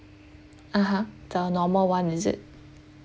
(uh huh) the normal one is it